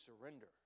surrender